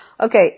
okay